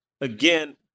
again